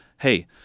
hey